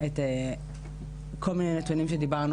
אולי של העברת אינפורמציה,